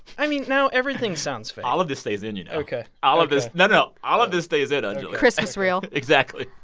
i mean, now everything sounds fake. all of this stays in, you know. ok all of this no, no. all of this stays in, anjuli christmas reel exactly.